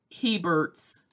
Hebert's